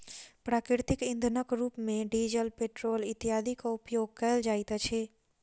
प्राकृतिक इंधनक रूप मे डीजल, पेट्रोल इत्यादिक उपयोग कयल जाइत अछि